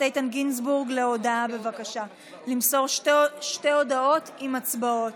איתן גינזבורג למסור שתי הודעות עם הצבעות.